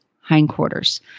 hindquarters